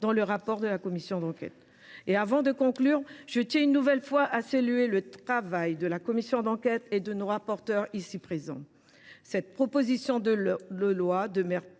dans le rapport de la commission d’enquête. Avant de conclure, je tiens une nouvelle fois à saluer le travail de la commission d’enquête et de nos rapporteurs ici présents. Cette proposition de loi demeure